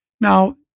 Now